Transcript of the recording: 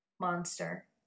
monster